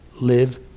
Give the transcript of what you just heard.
live